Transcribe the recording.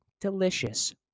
delicious